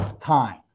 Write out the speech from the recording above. time